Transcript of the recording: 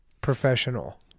professional